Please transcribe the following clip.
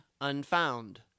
Unfound